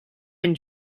been